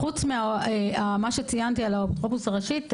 חוץ ממה שציינתי על האפוטרופוסית הראשית,